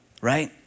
right